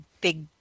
big